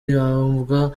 yumvwa